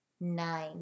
nine